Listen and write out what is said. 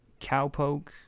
cowpoke